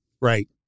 Right